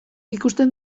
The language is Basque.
ikusten